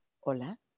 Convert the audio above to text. Hola